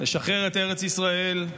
לשחרר את ארץ ישראל.